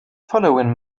following